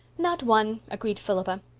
not one, agreed philippa.